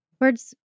words